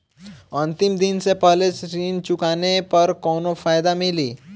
अंतिम दिन से पहले ऋण चुकाने पर कौनो फायदा मिली?